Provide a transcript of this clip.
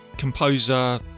composer